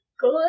good